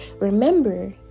Remember